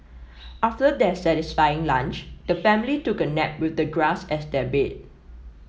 after their satisfying lunch the family took a nap with the grass as their bed